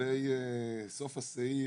לגבי סוף הסעיף,